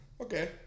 okay